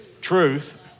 truth